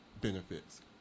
benefits